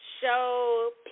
show